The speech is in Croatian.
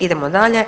Idemo dalje.